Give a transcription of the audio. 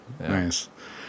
Nice